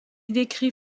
décrit